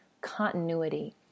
continuity